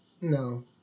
No